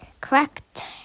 Correct